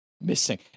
missing